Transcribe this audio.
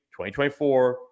2024